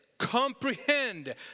Comprehend